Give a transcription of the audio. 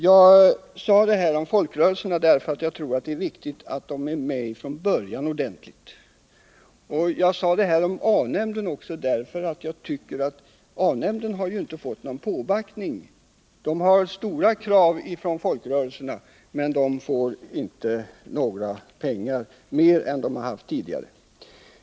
Jag sade detta om folkrörelserna därför att jag tror att det är viktigt att de är med redan från början. A-nämnden, som jag också berört i mitt huvudanförande, har inte fått någon påbackning. Folkrörelserna ställer stora krav på denna nämnd, men ändå beviljas det inte mer pengar än tidigare.